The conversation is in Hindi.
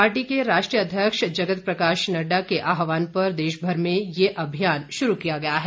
पार्टी के राष्ट्रीय अध्यक्ष जगत प्रकाश नड्डा के आहवान पर देशभर में ये अभियान शुरू किया गया है